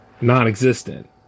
non-existent